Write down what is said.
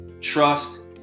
Trust